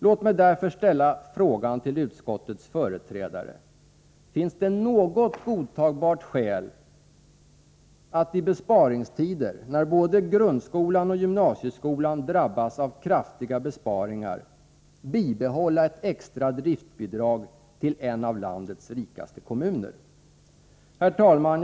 Låt mig därför ställa frågan till utskottets företrädare: Finns det något godtagbart skäl att i besparingstider, när både grundskolan och gymnasieskolan drabbas av kraftiga besparingar, bibehålla ett extra driftbidrag till en av landets rikaste kommuner? Herr talman!